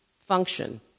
function